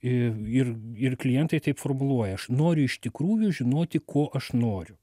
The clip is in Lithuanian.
ir ir klientai taip formuluoja aš noriu iš tikrųjų žinoti ko aš noriu